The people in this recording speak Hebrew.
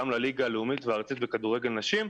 כולל הליגה הלאומית והארצית בכדורגל נשים.